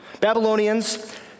Babylonians